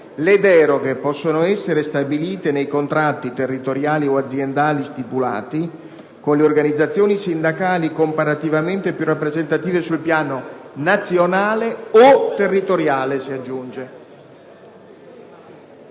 le deroghe possono essere stabilite nei contratti territoriali o aziendali stipulati con le organizzazioni sindacali comparativamente più rappresentative sul piano nazionale o territoriale».